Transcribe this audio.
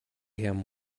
him